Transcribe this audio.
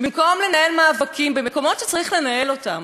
במקום לנהל מאבקים במקומות שצריך לנהל אותם,